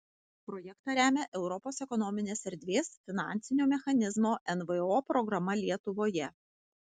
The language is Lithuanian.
projektą remia europos ekonominės erdvės finansinio mechanizmo nvo programa lietuvoje